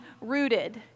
Rooted